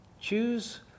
Choose